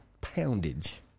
poundage